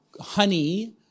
honey